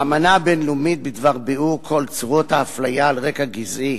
האמנה הבין-לאומית בדבר ביעור כל צורות האפליה על רקע גזעי